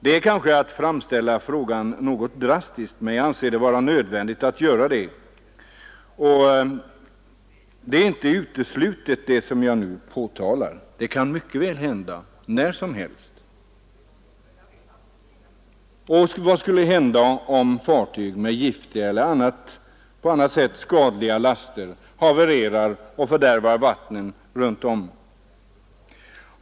Detta är kanske att framställa saken drastiskt, men jag anser det vara nödvändigt att göra det. Sådana här händelser är inte uteslutna — de kan mycket väl inträffa när som helst. Och vad skulle hända om fartyg med giftiga eller på annat sätt farliga laster havererar och fördärvar vattnen runt om?